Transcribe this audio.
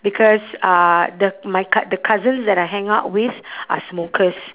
because uh the my cou~ the cousins that I hang out with are smokers